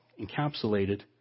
encapsulated